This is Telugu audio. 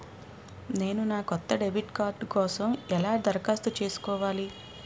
నేను నా కొత్త డెబిట్ కార్డ్ కోసం ఎలా దరఖాస్తు చేసుకోవాలి?